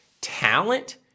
Talent